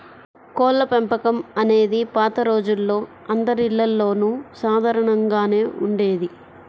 కోళ్ళపెంపకం అనేది పాత రోజుల్లో అందరిల్లల్లోనూ సాధారణంగానే ఉండేది